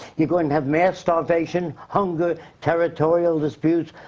you gonna and have mass starvation, hunger, territorial disputes,